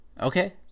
okay